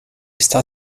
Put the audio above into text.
está